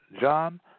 John